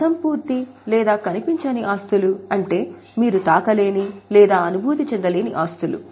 అసంపూర్తి లేదా కనిపించని ఆస్తులు అంటే మీరు తాకలేని లేదా అనుభూతి చెందలేని ఆస్తులు